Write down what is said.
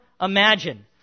imagine